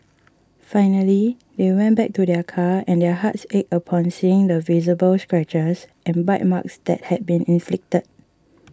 finally they went back to their car and their hearts ached upon seeing the visible scratches and bite marks that had been inflicted